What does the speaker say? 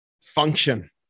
function